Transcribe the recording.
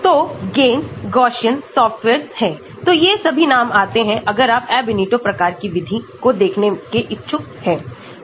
तो GAMESS Gaussian softwares हैंतो ये सभी नाम आते हैं अगर आप Ab initio प्रकार की विधि को देखने के इच्छुक हैं